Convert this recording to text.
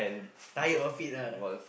tired of it ah